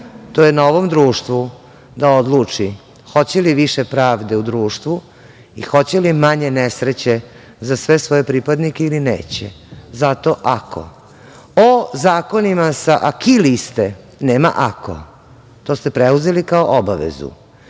To je na ovom društvu da odluči hoće li više pravde u društvu i hoće li manje nesreće za sve svoje pripadnike ili neće. Zato - ako. O zakonima sa "aki" liste nema - ako, to ste preuzeli kao obavezu.